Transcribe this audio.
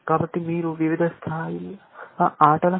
కాబట్టి మీరు వివిధ స్థాయిల ఆటల ను కలిగి ఉండవచ్చు